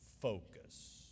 focus